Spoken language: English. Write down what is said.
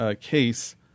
case